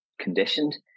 conditioned